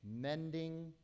Mending